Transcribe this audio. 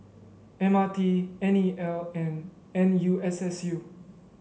M R T N E L and N U S S U